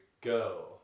go